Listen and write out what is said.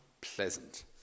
pleasant